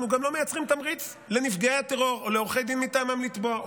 אנחנו גם לא מייצרים תמריץ לנפגעי הטרור או לעורכי דין מטעמם לתבוע,